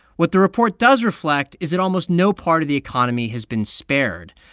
what the report does reflect is that almost no part of the economy has been spared.